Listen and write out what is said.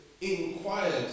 inquired